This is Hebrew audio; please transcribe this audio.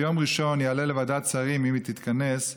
ביום ראשון אעלה לוועדת שרים אם היא תתכנס,